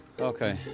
Okay